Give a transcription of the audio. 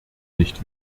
nicht